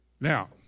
Now